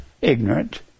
Ignorant